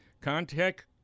Contact